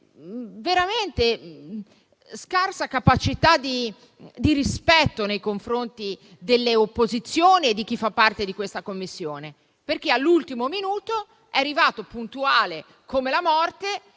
veramente una scarsa capacità di rispetto nei confronti delle opposizioni e di chi fa parte di questa Commissione. Infatti, all'ultimo minuto è arrivato, puntuale come la morte,